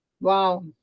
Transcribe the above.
Wow